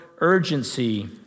urgency